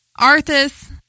Arthas